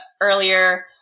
earlier